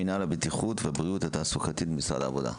מינהל הבטיחות והבריאות התעסוקתית במשרד העבודה.